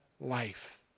life